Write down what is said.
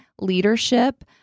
leadership